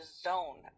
zone